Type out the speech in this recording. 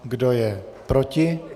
Kdo je proti?